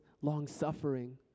long-suffering